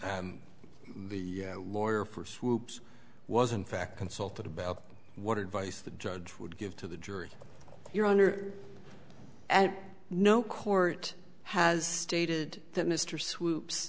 the lawyer for swoops wasn't fact consulted about what advice the judge would give to the jury your honor and no court has stated that mr swoop